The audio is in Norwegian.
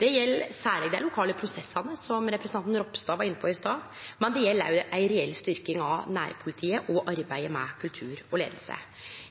Det gjeld særleg dei lokale prosessane, som representanten Ropstad var inne på i stad, men det gjeld òg ei reell styrking av nærpolitiet og arbeidet med kultur og leiing.